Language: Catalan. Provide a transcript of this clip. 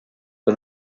que